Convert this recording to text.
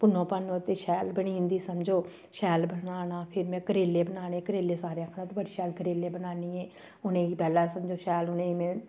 भुन्नो भान्नो ते शैल बनी जंदी समझो शैल बनाना फिर में करेले बनाने करेले सारे आखना तू बड़े शैल करेले बनानी ऐं उ'नेंगी पैह्ले समझो शैल उ'नेंगी में